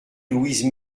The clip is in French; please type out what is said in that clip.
louise